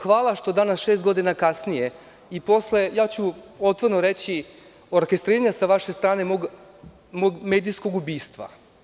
Hvala, što danas, šest godina kasnije, i posle, otvoreno ću reći, orkestriranja sa vaše strane mog medijskog ubistva.